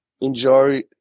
enjoy